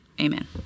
amen